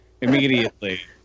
immediately